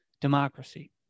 democracy